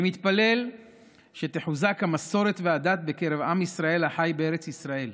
אני מתפלל שתחוזקנה המסורת והדת בקרב עם ישראל החי בארץ ישראל.